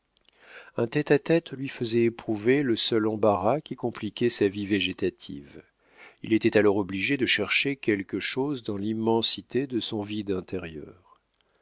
un tête-à-tête lui faisait éprouver le seul embarras qui compliquait sa vie végétative il était alors obligé de chercher quelque chose dans l'immensité de son vide intérieur